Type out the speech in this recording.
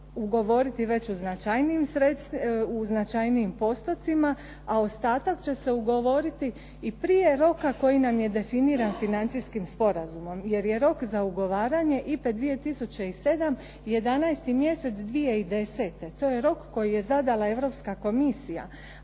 ugovoriti već u značajnijim postocima, a ostatak će se ugovoriti i prije roka koji nam je definiran financijskim sporazumom jer je rok za ugovaranje IPA-e 2007. 11. mjesec 2010. To je rok koji je zadala Europska komisija,